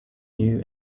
new